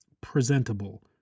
presentable